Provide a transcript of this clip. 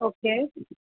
okay